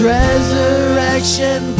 resurrection